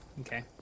Okay